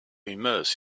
immerse